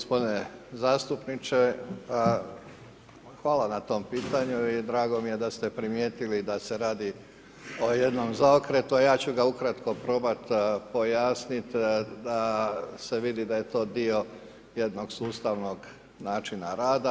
Gospodine zastupniče, hvala na tom pitanju i drago mi je da ste primijetili da se radi o jednom zaokretu, a ja ću ga ukratko probati pojasniti da se vidi da je to dio jednog sustavnog načina rada.